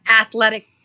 athletic